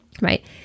right